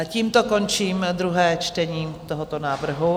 Tímto končím druhé čtení tohoto návrhu.